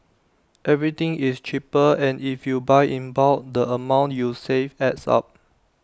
everything is cheaper and if you buy in bulk the amount you save adds up